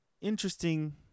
interesting